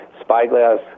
Spyglass